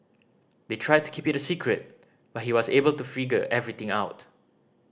they tried to keep it a secret but he was able to figure everything out